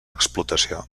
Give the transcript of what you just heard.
explotació